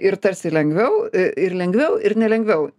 ir tarsi lengviau ir lengviau ir ne lengviau